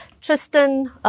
Tristan